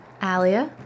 Alia